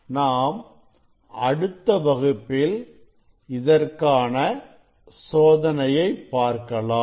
நாம் அடுத்த வகுப்பில் இதற்கான சோதனையை பார்க்கலாம்